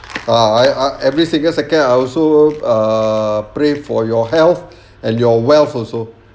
ah I every single second I also err pray for your health and your wealth also